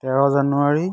তেৰ জানুৱাৰী